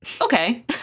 Okay